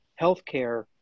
healthcare